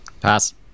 Pass